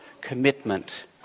commitment